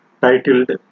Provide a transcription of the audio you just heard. titled